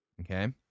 Okay